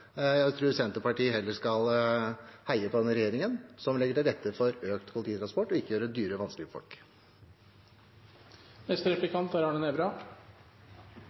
Jeg tror Senterpartiet heller skal heie på denne regjeringen, som legger til rette for økt kollektivtransport og ikke gjør det dyrere og vanskeligere for folk.